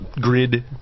grid